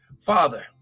Father